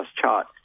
chart